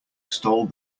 stole